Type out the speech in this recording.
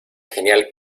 genial